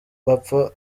bapfa